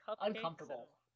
uncomfortable